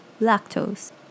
lactose